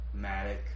Matic